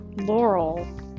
Laurel